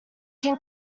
can